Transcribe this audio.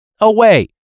away